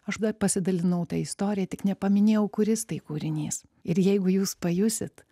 aš dar pasidalinau ta istorija tik nepaminėjau kuris tai kūrinys ir jeigu jūs pajusit